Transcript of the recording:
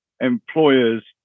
employers